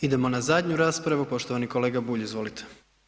Idemo na zadnju raspravu, poštovani kolega Bulj, izvolite.